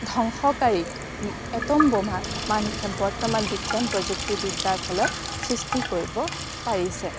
ধ্বংসকাৰী এট'ম বোমা মানুহে বৰ্তমান বিজ্ঞান প্ৰযুক্তিবিদ্যাৰ ফলত সৃষ্টি কৰিব পাৰিছে